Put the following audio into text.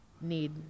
need